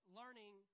learning